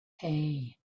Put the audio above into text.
hey